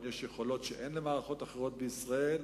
יש יכולות שאין למערכות אחרות בישראל,